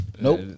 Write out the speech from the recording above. Nope